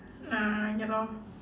uh ya lor